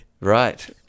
Right